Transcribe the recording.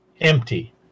empty